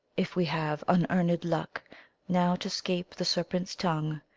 if we have unearned luck now to scape the serpent's tongue,